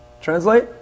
Translate